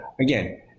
again